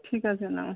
ঠিক আছে নাও